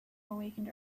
awakened